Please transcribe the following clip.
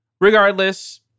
Regardless